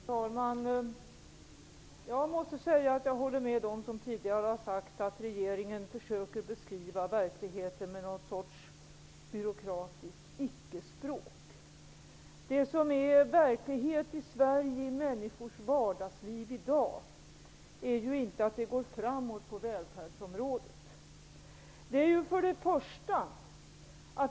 Herr talman! Jag måste säga att jag håller med dem som tidigare har sagt att regeringen försöker beskriva verkligheten med någon sorts byråkratiskt icke-språk. Verkligheten i Sverige i människors vardagsliv i dag är inte att det går framåt på välfärdsområdet.